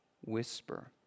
whisper